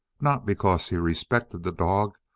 not because he respected the dog,